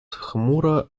хмуро